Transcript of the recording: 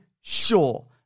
sure